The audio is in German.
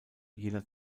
jener